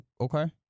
okay